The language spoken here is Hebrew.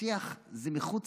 משיח זה מחוץ